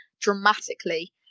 dramatically